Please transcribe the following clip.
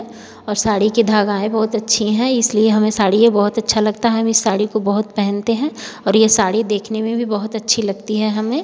और साड़ी के धागा है बहुत अच्छे हैं इसलिए हमें साड़ी यह बहुत अच्छा लगता है हम इस साड़ी को बहुत पहनते हैं और यह साड़ी देखने में भी बहुत अच्छी लगती है हमें